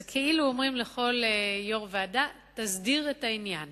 זה כאילו אומר לכל יושב-ראש ועדה: תסדיר את העניין.